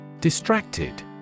Distracted